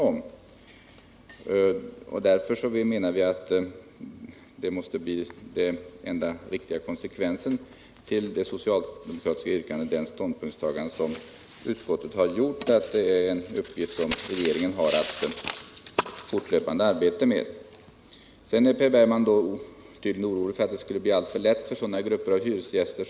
Vi menar att det enda riktiga ståndpunktstagandet ull det socialdemokratiska yrkandet är det som utskottet har givit uttryck för, nämligen att detta är en uppgift som regeringen har att fortlöpande arbeta med. Vidare är Per Bergman tydligen orolig för att det skulle bli alltför lätt för grupper av hyresgäster.